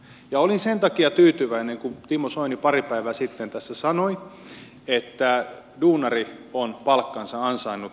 olin sen takia tyytyväinen kun timo soini pari päivää sitten tässä sanoi että duunari on palkkansa ansainnut